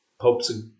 Pope's